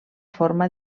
forma